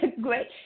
Great